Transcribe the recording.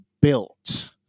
built